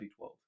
B12